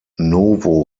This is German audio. novo